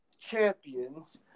champions